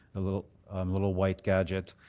ah little um little white gadget.